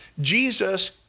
Jesus